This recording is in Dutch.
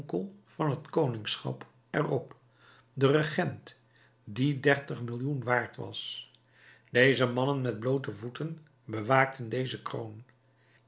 van het koningschap er op de regent die dertig millioen waard was deze mannen met bloote voeten bewaakten deze kroon